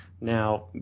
now